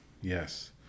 yes